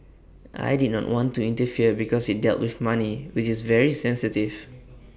I did not want to interfere because IT dealt with money which is very sensitive